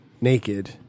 naked